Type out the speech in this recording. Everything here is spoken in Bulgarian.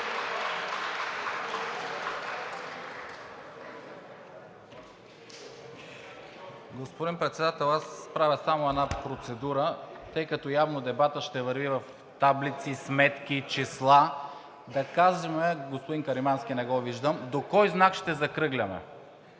Господин Председател, аз правя само една процедура. Тъй като явно дебатът ще върви в таблици, сметки, числа, да кажем, господин Каримански не го виждам, до кой знак ще закръгляме?